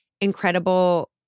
incredible